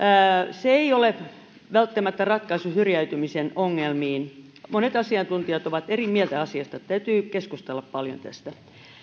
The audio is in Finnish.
se ei ole välttämättä ratkaisu syrjäytymisen ongelmiin monet asiantuntijat ovat eri mieltä asiasta täytyy keskustella paljon tästä